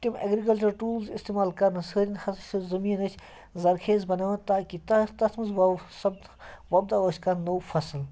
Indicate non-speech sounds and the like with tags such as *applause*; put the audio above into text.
تِم agriculture tools اِستعمال کرنہٕ سۭتۍ ہَسا چھِ زٔمیٖن اَسہِ ذَرخیٖز بَناوان تاکہِ تَتھ تَتھ منٛز وَوَو *unintelligible* وۄپداوَو أسۍ کانٛہہ نوٚو فَصٕل